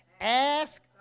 Ask